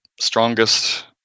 strongest